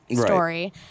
Story